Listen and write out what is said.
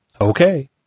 Okay